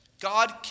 God